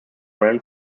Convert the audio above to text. ran